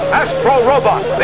astro-robot